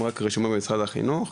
הם רק רשומים במשרד החינוך,